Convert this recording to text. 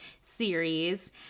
series